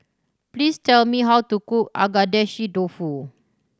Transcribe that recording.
please tell me how to cook Agedashi Dofu